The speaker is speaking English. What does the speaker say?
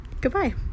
goodbye